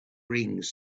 rings